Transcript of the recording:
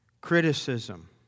criticism